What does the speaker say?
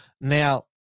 Now